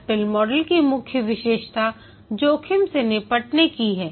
सर्पिल मॉडल की मुख्य विशेषता जोखिम से निपटने की है